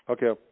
Okay